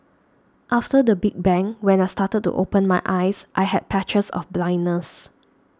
after the big bang when I started to open my eyes I had patches of blindness